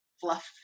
fluff